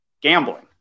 gambling